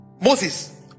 Moses